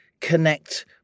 connect